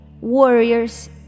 warriors